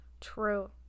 true